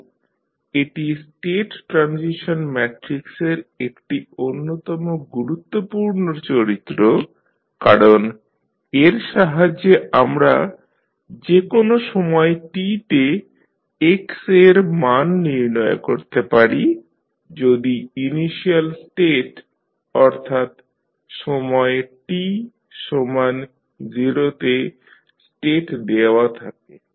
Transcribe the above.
তাই এটি state transition ম্যাট্রিক্সের একটি অন্যতম গুরুত্বপূর্ণ চরিত্র কারণ এর সাহায্যে আমরা যে কোন সময় t তে x এর মান নির্ণয় করতে পারি যদি ইনিশিয়াল স্টেট অর্থাৎ সময় t সমান 0 তে স্টেট দেওয়া থাকে